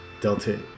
Delta